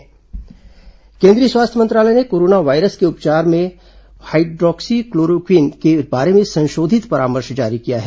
स्वास्थ्य मंत्रालय परामर्श केंद्रीय स्वास्थ्य मंत्रालय ने कोरोना वायरस के उपचार रूप में हाइड्रॉक्सीक्लोरोक्वीन के बारे में संशोधित परामर्श जारी किया है